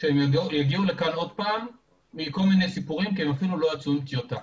שהם יגיעו לכאן עוד פעם עם כל מיני סיפורים כי הם אפילו לא עשו טיוטה.